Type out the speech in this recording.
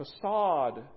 facade